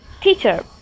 teacher